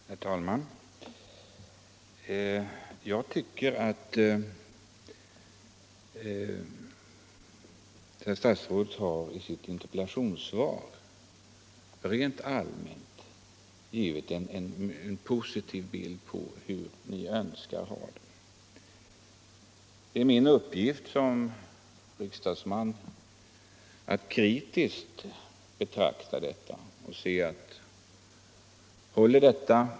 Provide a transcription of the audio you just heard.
Herr talman! Jag tycker att herr statsrådet i sitt interpellationssvar rent allmänt har givit en positiv bild av hur ni önskar ha det. Min uppgift såsom riksdagsman är att kritiskt betrakta detta och fråga: Håller det?